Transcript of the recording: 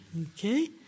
Okay